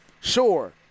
Sure